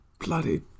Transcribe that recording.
Bloody